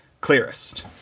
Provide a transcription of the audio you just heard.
clearest